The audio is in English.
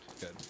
Good